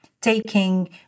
taking